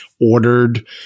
ordered